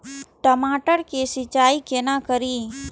टमाटर की सीचाई केना करी?